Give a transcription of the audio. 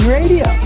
radio